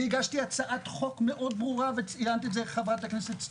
אני הגשתי הצעת חוק מאוד ברורה וצילמתי את זה לחברת הכנסת סטרוק.